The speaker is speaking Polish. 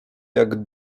jak